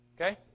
Okay